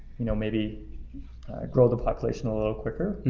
you know, maybe grow the population a little quicker.